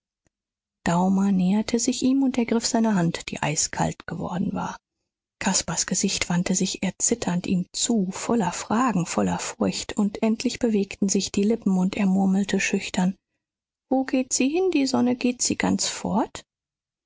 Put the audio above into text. daumer näherte sich ihm und ergriff seine hand die eiskalt geworden war caspars gesicht wandte sich erzitternd ihm zu voller fragen voller furcht und endlich bewegten sich die lippen und er murmelte schüchtern wo geht sie hin die sonne geht sie ganz fort